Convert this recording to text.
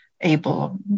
able